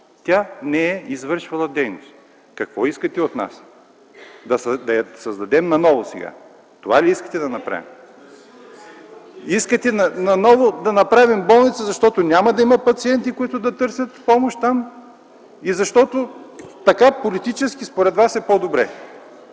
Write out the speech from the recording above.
тя не е извършвала дейност. Какво искате от нас? Искате да я създадем отново сега ли? Това ли искате да направим? (Реплики от КБ.) Искате отново да направим болница, защото няма да има пациенти, които да търсят помощ там, и защото така политически според Вас е по-добре.